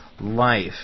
life